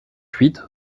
huit